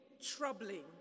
troubling